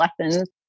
lessons